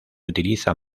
utiliza